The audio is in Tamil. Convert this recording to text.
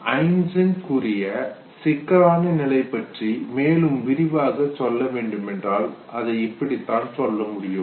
ஐசென்க் கூறிய சிக்கலான நிலை பற்றி மேலும் விரிவாக சொல்ல வேண்டுமென்றால் அதை இப்படித்தான் சொல்ல முடியும்